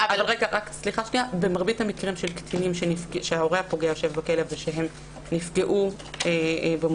אבל במרבית המקרים של קטינים שההורה הפוגע יושב בכלא ושהם נפגעו במובן